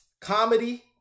comedy